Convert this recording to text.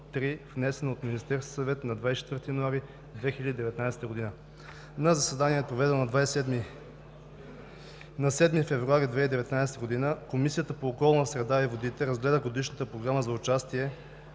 внесена от Министерския съвет на 24 януари 2019 г. На заседание, проведено на 7 февруари 2019 г., Комисията по околната среда и водите разгледа Годишната програма за участие